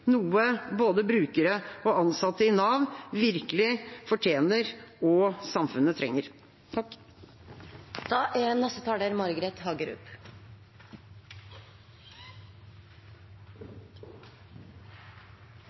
noe både brukere og ansatte i Nav virkelig fortjener og samfunnet trenger.